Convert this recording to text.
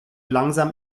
langsam